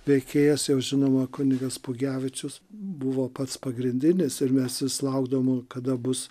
veikėjas jau žinoma kunigas pugevičius buvo pats pagrindinis ir mes vis laukdavom kada bus